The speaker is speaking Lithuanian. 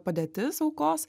padėtis aukos